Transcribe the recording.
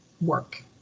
work